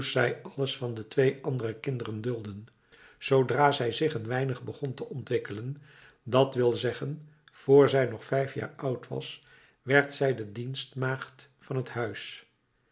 alles van de twee andere kinderen dulden zoodra zij zich een weinig begon te ontwikkelen dat wil zeggen vr zij nog vijf jaar oud was werd zij de dienstmaagd van het huis